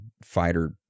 fighter